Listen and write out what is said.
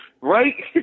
Right